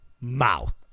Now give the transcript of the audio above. mouth